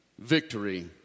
victory